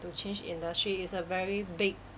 to change industry it's a very big